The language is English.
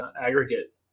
aggregate